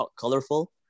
colorful